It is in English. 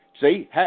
See